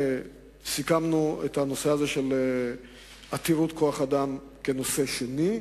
סיכמנו את הנושא הזה של עתירות כוח-אדם כנושא שני,